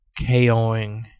KOing